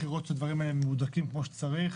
לראות שהדברים האלה מהודקים כמו שצריך.